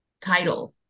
title